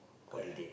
correct